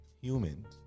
Human